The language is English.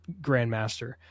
Grandmaster